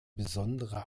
besonderer